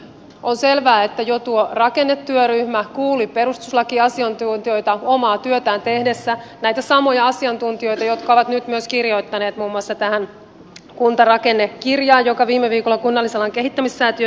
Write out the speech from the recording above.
on selvää että jo tuo rakennetyöryhmä kuuli perustuslakiasiantuntijoita omaa työtään tehdessään näitä samoja asiantuntijoita jotka ovat nyt myös kirjoittaneet muun muassa tähän kuntarakennekirjaan jonka viime viikolla kunnallisalan kehittämissäätiö julkaisi